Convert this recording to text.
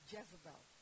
Jezebel